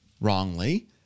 wrongly